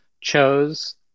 chose